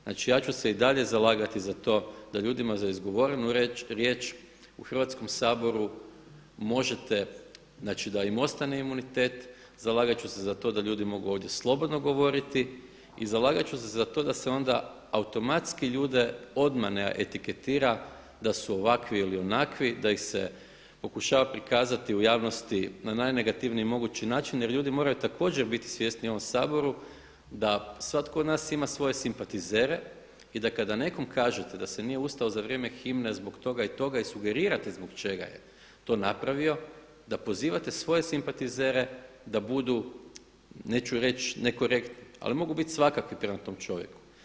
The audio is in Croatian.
Znači, ja ću se i dalje zalagati za to da ljudima za izgovorenu riječ u Hrvatskom saboru možete, znači da im ostane imunitet, zalagat ću se za to da ljudi mogu ovdje slobodno govoriti i zalagat ću se za to da se onda automatski ljude odmah ne etiketira da su ovakvi ili onakvi, da ih se pokušava prikazati u javnosti na najnegativniji mogući način jer ljudi moraju također biti svjesni u ovom Saboru da svatko od nas ima svoje simpatizere i da kada nekome kažete da se nije ustao za vrijeme himne zbog toga i toga i sugerirate zbog čega je to napravio da pozivate svoje simpatizere da budu neću reći nekorektni ali da mogu biti svakakvi prema tom čovjeku.